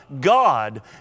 God